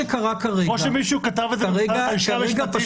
או שמישהו כתב את זה בלשכה המשפטית?